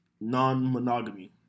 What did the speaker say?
non-monogamy